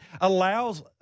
allows